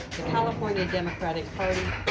the california democratic party,